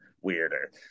weirder